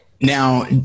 Now